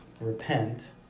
repent